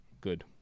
good